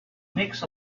makes